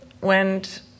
went